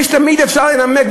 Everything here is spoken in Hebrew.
תמיד אפשר לנמק,